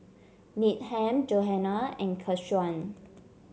Needham Johanna and Keshawn